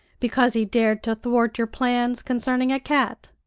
because he dared to thwart your plans concerning a cat?